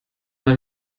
mal